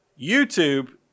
YouTube